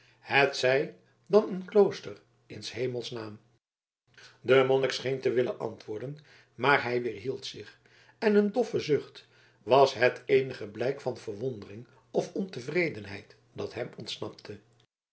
hetzij dan een klooster in s hemels naam de monnik scheen te willen antwoorden maar hij weerhield zich en een doffe zucht was het eenige blijk van verwondering of ontevredenheid dat hem ontsnapte